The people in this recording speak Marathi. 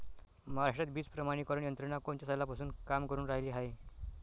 महाराष्ट्रात बीज प्रमानीकरण यंत्रना कोनच्या सालापासून काम करुन रायली हाये?